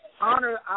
Honor